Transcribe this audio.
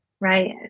right